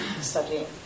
studying